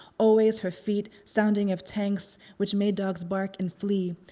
always her feet sounding of tanks which made dogs bark and flee,